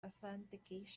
authentication